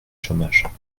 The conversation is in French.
chômage